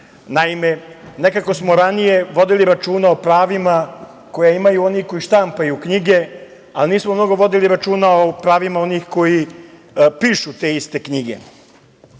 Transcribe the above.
nekako smo ranije vodili računa o pravima koja imaju oni koji štampaju knjige, a nismo mnogo vodili računa o pravima onih koji pišu te iste knjige.